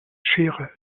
schere